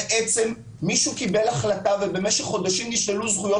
בעצם מישהו קיבל החלטה ובמשך חודשים נשללו זכויות